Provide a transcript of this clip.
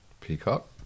Peacock